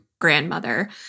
grandmother